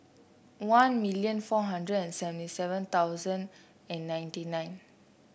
one million four hundred and seventy seven thousand and ninety nine